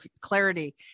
clarity